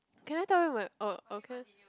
can I tell you my orh okay